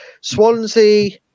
Swansea